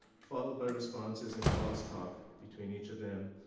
followed by responses and cross-talk between each of them.